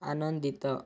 ଆନନ୍ଦିତ